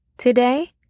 Today